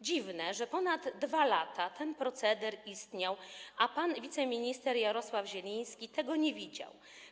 Dziwne, że ponad 2 lata ten proceder istniał, a pan wiceminister Jarosław Zieliński tego nie widział.